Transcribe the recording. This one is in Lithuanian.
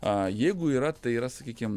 a jeigu yra tai yra sakykim